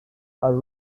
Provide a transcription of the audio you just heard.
are